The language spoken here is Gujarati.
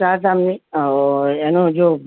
ચાર ધામની એનો જો